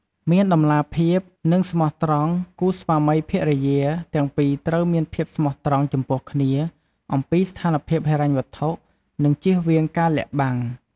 មានតម្លាភាព និងស្មោះត្រង់ គូស្វាមីភរិយាទាំងពីរត្រូវមានភាពស្មោះត្រង់ចំពោះគ្នាអំពីស្ថានភាពហិរញ្ញវត្ថុ និងជៀសវាងការលាក់បាំង។